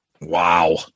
Wow